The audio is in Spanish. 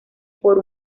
por